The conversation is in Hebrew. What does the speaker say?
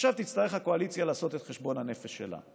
עכשיו תצטרך הקואליציה לעשות את חשבון הנפש שלה: